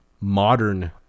modern